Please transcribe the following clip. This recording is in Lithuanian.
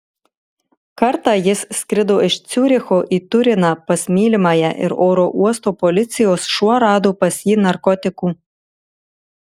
kartą jis skrido iš ciuricho į turiną pas mylimąją ir oro uosto policijos šuo rado pas jį narkotikų